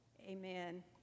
amen